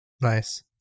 Nice